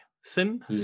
Sin